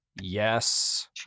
yes